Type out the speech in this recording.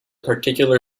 particular